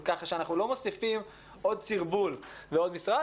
כך שאנחנו לא מוסיפים עוד סרבול לעוד משרד,